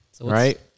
Right